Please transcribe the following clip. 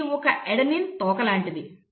ఇది ఒక అడెనీన్ తోక లాంటిది